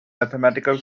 mathematical